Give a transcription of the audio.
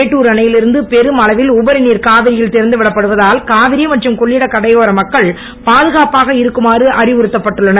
மேட்டூர் அணையில் இருந்து பெரும் அளவில் உபரிநீர் காவிரியில் திறந்து விடப்படுவதால் காவிரி மற்றும் கொள்ளிட கரையோர மக்கள் பாதுகாப்பாக இருக்குமாறு அறிவுறுத்தப்பட்டுள்ளனர்